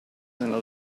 nella